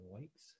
weeks